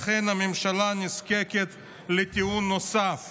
לכן הממשלה נזקקת לטיעון נוסף.